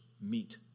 meet